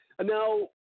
Now